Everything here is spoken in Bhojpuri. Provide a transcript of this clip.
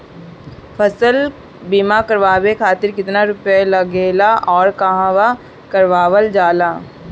फसल बीमा करावे खातिर केतना रुपया लागेला अउर कहवा करावल जाला?